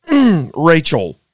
Rachel